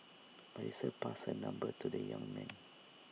Melissa passed her number to the young man